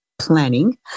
planning